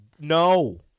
No